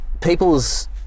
people's